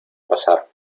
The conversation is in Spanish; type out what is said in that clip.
pasar